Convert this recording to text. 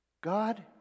God